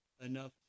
enough